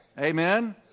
Amen